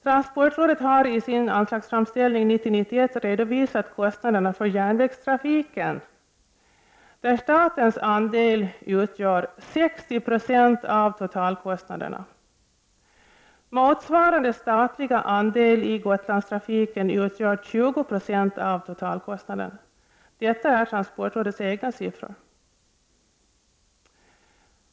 Transportrådet har i sin anslagsframställning 1990/91 redovisat kostnaderna för järnvägstrafiken, där statens andel utgör 60 96 av totalkostnaderna. Motsvarande statliga andel i Gotlandstrafiken utgör 20 96 av totalkostnaden. Detta är transportrådets egna siffror.